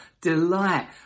delight